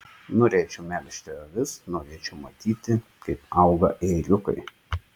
norėčiau melžti avis norėčiau matyti kaip auga ėriukai